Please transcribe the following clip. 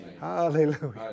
Hallelujah